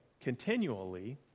Continually